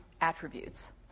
attributes